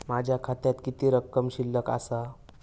माझ्या खात्यात किती रक्कम शिल्लक आसा?